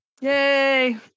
Yay